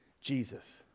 Jesus